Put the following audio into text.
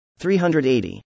380